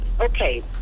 okay